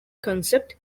concept